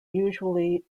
usually